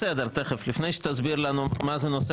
לפני שתסביר לנו מה זה נושא